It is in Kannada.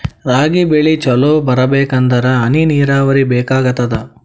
ರಾಗಿ ಬೆಳಿ ಚಲೋ ಬರಬೇಕಂದರ ಹನಿ ನೀರಾವರಿ ಬೇಕಾಗತದ?